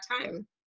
time